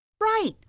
Right